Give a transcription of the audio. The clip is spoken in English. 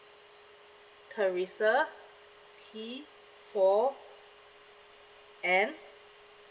teresa T four N